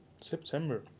September